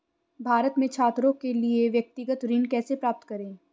भारत में छात्रों के लिए व्यक्तिगत ऋण कैसे प्राप्त करें?